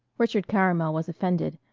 richard caramel was offended.